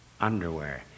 underwear